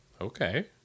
Okay